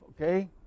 okay